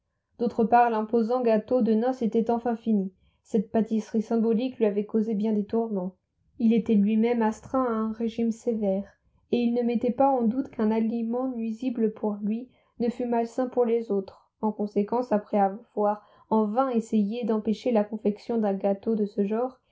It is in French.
d'autre part l'imposant gâteau de noces était enfin fini cette pâtisserie symbolique lui avait causé bien des tourments il était lui-même astreint à un régime sévère et il ne mettait pas en doute qu'un aliment nuisible pour lui ne fût malsain pour les autres en conséquence après avoir en vain essayé d'empêcher la confection d'un gâteau de ce genre